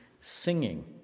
singing